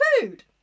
food